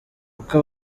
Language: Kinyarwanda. uko